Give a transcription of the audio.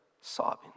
sobbing